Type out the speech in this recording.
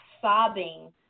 sobbing